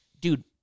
Dude